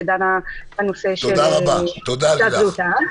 שדנה בנושא של פקודת בריאות העם.